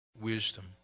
Wisdom